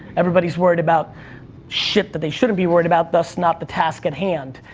everybody's worried about shit that they shouldn't be worried about, thus not the task at hand.